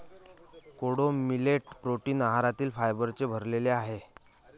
कोडो millet protein आहारातील फायबरने भरलेले आहे